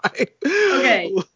Okay